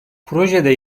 projede